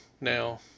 Now